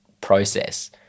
process